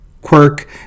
quirk